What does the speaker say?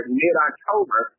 mid-October